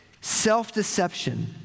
Self-deception